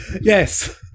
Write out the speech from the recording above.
yes